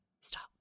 stop